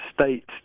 states